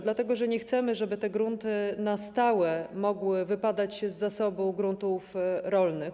Dlatego że nie chcemy, żeby te grunty na stałe mogły wypadać z zasobu gruntów rolnych.